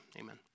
amen